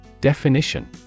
Definition